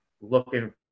looking